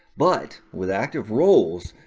but with active roles,